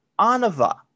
anava